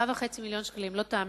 4.5 מיליוני שקלים, ולא תאמינו,